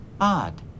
Odd